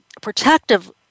protective